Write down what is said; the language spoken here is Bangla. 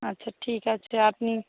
আচ্ছা ঠিক আছে আপনি